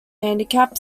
handicap